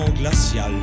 glacial